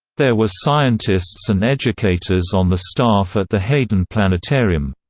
there were scientists and educators on the staff at the hayden planetarium.